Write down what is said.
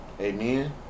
Amen